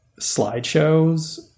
slideshows